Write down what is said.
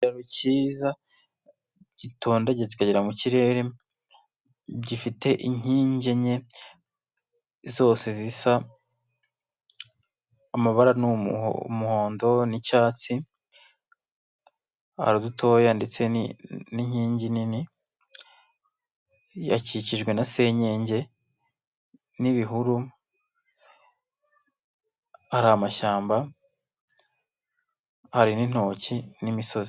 Ikiro cyiza gitondagiye kugera mu kirere, gifite inkingi enye zose zisa, amabara n'umuhondo n'icyatsi, heri udutoya ndetse n'inkingi nini yubakishijwe na senyenge n'ibihuru hari amashyamba, hari n'intoki n'imisozi.